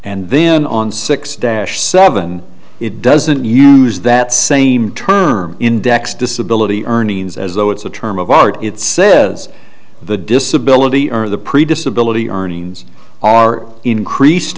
and then on six dash seven it doesn't use that same term index disability earnings as though it's a term of art it says the disability or the previous ability earnings are increased